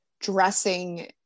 dressing